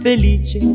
felice